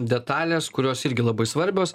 detalės kurios irgi labai svarbios